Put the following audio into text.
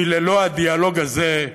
כי ללא הדיאלוג הזה,